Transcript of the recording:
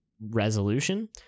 resolution